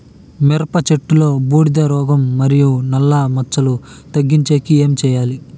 మిరప చెట్టులో బూడిద రోగం మరియు నల్ల మచ్చలు తగ్గించేకి ఏమి చేయాలి?